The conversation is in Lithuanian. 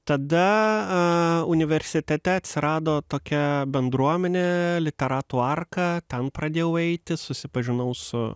tada universitete atsirado tokia bendruomenė literatų arka ten pradėjau eiti susipažinau su